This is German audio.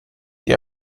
die